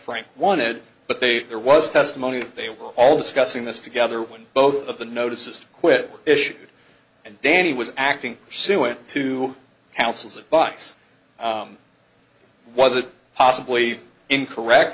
frank wanted but they there was testimony that they were all discussing this together when both of the notices quit issued and danny was acting suing two houses a box was that possibly incorrect